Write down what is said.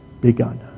begun